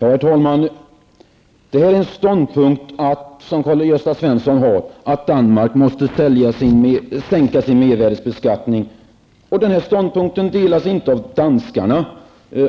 Herr talman! Karl-Gösta Svenson har den ståndpunkten att danskarna måste sänka sin mervärdebeskattning. Den ståndpunkten delas inte av danskarna.